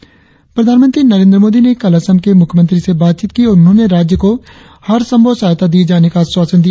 न प्रधानमंत्री नरेंद्र मोदी ने कल असम के मुख्यमंत्री से बातचीत की और उन्होंने राज्य को हर संभव सहायता दिए जाने का आश्वासन दिया